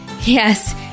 Yes